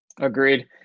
Agreed